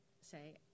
say